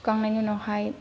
सुखांनायनि उनावहाय